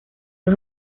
los